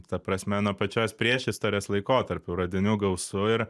ta prasme nuo pačios priešistorės laikotarpių radinių gausu ir